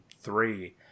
three